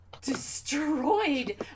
destroyed